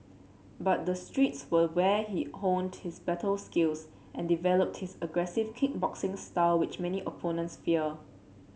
but the streets were where he honed his battle skills and developed his aggressive kick boxing style which many opponents fear